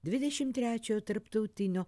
dvidešim trečiojo tarptautinio